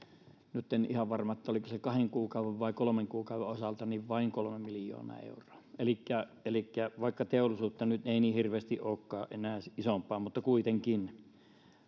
nyt en ole ihan varma oliko se kahden kuukauden vai kolmen kuukauden osalta vain kolme miljoonaa euroa elikkä elikkä vaikka isompaa teollisuutta nyt ei niin hirveästi olekaan enää niin kuitenkin